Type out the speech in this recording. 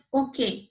okay